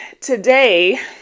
today